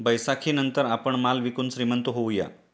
बैसाखीनंतर आपण माल विकून श्रीमंत होऊया